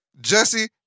Jesse